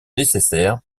nécessaire